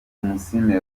tumusiime